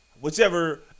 whichever